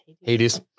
Hades